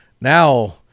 Now